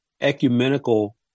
ecumenical